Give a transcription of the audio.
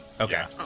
Okay